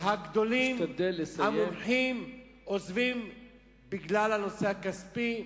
הגדולים, המומחים, עוזבים בגלל הנושא הכספי,